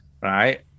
right